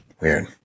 Weird